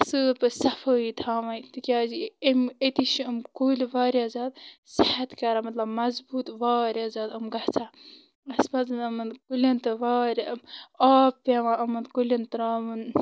اَصل پٲٹھۍ صفٲیی تھاوٕنۍ تِکیٛازِ أمۍ أتی چھِ یِم کُلۍ واریاہ زیادٕ صحت کَران مطلب مضبوٗط واریاہ زیادٕ یِم گژھان اَسہِ پَزِ یِمَن کُلٮ۪ن تہٕ واریاہ آب پٮ۪وان یِمَن کُلٮ۪ن ترٛاوُن